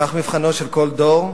כך מבחנו של כל דור,